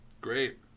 Great